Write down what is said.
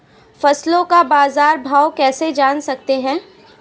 फसलों का बाज़ार भाव कैसे जान सकते हैं?